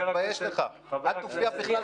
תתבייש לך, אל תופיע בכלל בכנסת.